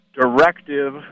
directive